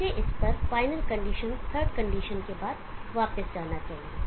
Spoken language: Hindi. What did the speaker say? मुझे इस पर फाइनल कंडीशन थर्ड कंडीशन के बाद वापस जाना चाहिए